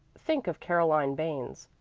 think of caroline barnes.